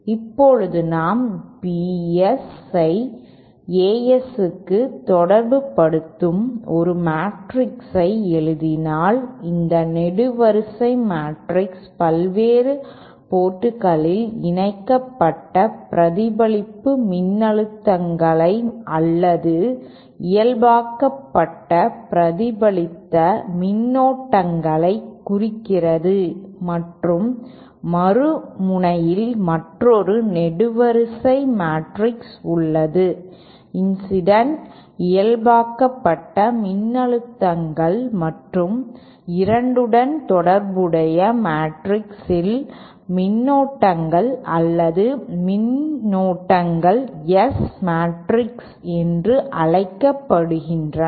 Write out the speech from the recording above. இப்போது நாம் Bs ஐ Asக்கு தொடர்புபடுத்தும் ஒரு மேட்ரிக்ஸை எழுதினால் இந்த நெடுவரிசை மேட்ரிக்ஸ் பல்வேறு போர்ட்களில் இயல்பாக்கப்பட்ட பிரதிபலிப்பு மின்னழுத்தங்களை அல்லது இயல்பாக்கப்பட்ட பிரதிபலித்த மின்னோட்டங்களை குறிக்கிறது மற்றும் மறுமுனையில் மற்றொரு நெடுவரிசை மேட்ரிக்ஸ் உள்ளது இன்சிடென்ட் இயல்பாக்கப்பட்ட மின்னழுத்தங்கள் மற்றும் 2 உடன் தொடர்புடைய மேட்ரிக்ஸில் மின்னோட்டங்கள் அல்லது மின்னோட்டங்கள் S மேட்ரிக்ஸ் என்று அழைக்கப்படுகின்றன